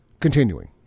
Continuing